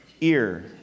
ear